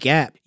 Gap